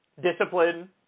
discipline